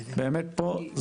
פה,